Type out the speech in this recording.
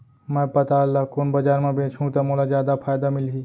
मैं पताल ल कोन बजार म बेचहुँ त मोला जादा फायदा मिलही?